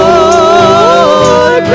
Lord